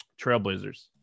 Trailblazers